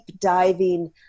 diving